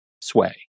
sway